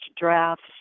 drafts